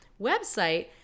Website